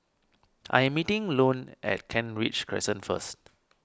I am meeting Lone at Kent Ridge Crescent first